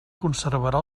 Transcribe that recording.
conservarà